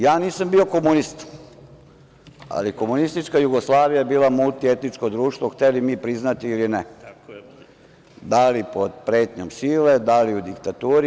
Ja nisam bio komunista, ali komunistička Jugoslavija je bila multietničko društvo, hteli mi priznati ili ne, da li pod pretnjom sile, da li u diktaturi.